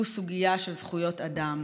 הוא סוגיה של זכויות אדם.